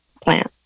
plant